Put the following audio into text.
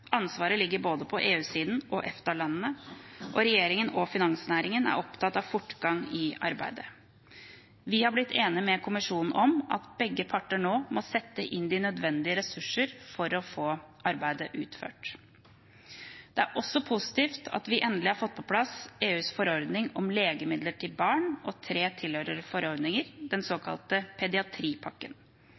Ansvaret ligger på både EU-siden og EFTA-landene. Regjeringen og finansnæringen er opptatt av fortgang i arbeidet. Vi har blitt enige med Kommisjonen om at begge parter nå må sette inn de nødvendige ressurser for å få arbeidet utført. Det er også positivt at vi endelig har fått på plass EUs forordning om legemidler til barn og tre tilhørende forordninger, den såkalte pediatripakken.